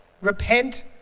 repent